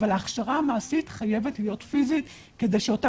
אבל ההכשרה המעשית חייבת להיות פיזית כדי שכל